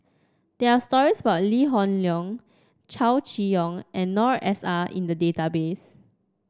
there are stories about Lee Hoon Leong Chow Chee Yong and Noor S I in the database